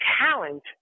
talent